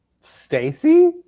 Stacy